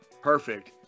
Perfect